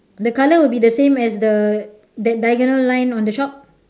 the color will be the same as the that diagonal line on the shop